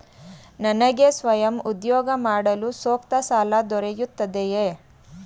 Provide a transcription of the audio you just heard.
ನನಗೆ ಸ್ವಯಂ ಉದ್ಯೋಗ ಮಾಡಲು ಸೂಕ್ತ ಸಾಲ ದೊರೆಯುತ್ತದೆಯೇ?